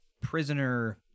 prisoner